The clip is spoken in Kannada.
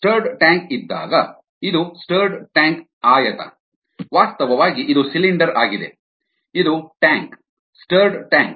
ಸ್ಟರ್ಡ್ ಟ್ಯಾಂಕ್ ಇದ್ದಾಗ ಇದು ಸ್ಟರ್ಡ್ ಟ್ಯಾಂಕ್ ಆಯತ ವಾಸ್ತವವಾಗಿ ಇದು ಸಿಲಿಂಡರ್ ಆಗಿದೆ ಇದು ಟ್ಯಾಂಕ್ ಸ್ಟರ್ಡ್ ಟ್ಯಾಂಕ್